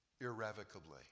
irrevocably